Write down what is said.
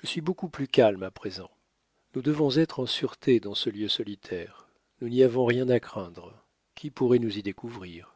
je suis beaucoup plus calme à présent nous devons être en sûreté dans ce lieu solitaire nous n'y avons rien à craindre qui pourrait nous y découvrir